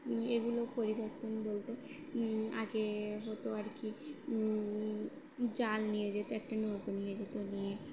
এগুলো পরিবর্তন বলতে আগে হতো আর কি জাল নিয়ে যেত একটা নৌকো নিয়ে যেত নিয়ে